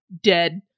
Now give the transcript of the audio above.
dead